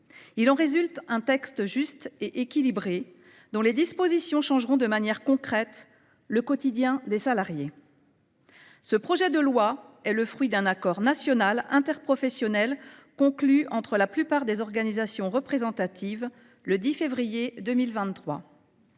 Il en résulte un texte juste et équilibré, qui changera de manière concrète le quotidien des salariés. Ce projet de loi est le fruit d’un accord national interprofessionnel conclu entre la plupart des organisations représentatives le 10 février 2023.